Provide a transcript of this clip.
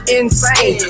insane